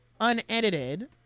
unedited